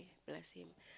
bless him